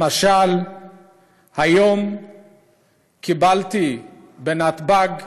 למשל היום קיבלתי בנתב"ג